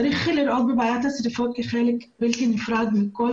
צריך לראות בבעיית השריפות כחלק בלתי נפרד מכל